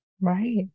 Right